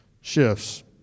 shifts